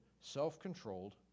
self-controlled